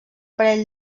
parell